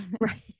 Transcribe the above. right